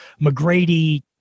McGrady